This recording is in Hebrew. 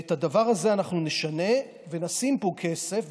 את הדבר הזה אנחנו נשנה ונשים פה כסף.